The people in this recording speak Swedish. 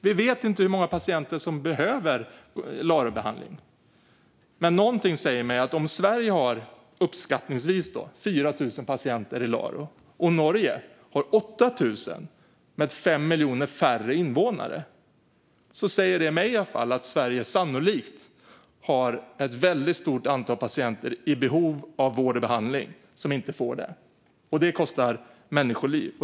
Vi vet inte hur många patienter som behöver LARO-behandling. Men när Sverige har uppskattningsvis 4 000 patienter i LARO och Norge har 8 000 - med 5 miljoner färre invånare - säger det mig att Sverige sannolikt har ett väldigt stort antal patienter som är i behov av vård och behandling men inte får det. Detta kostar människoliv.